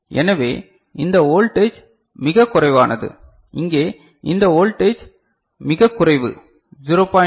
எனவே இந்த வோல்டேஜ் மிகச் குறைவானது இங்கே இந்த வோல்டேஜ் மிகச் குறைவு 0